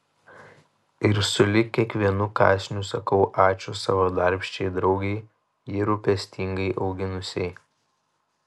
ir sulig kiekvienu kąsniu sakau ačiū savo darbščiai draugei jį rūpestingai auginusiai